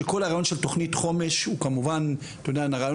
ואחר כך, כמובן, גם משתחררים למשק.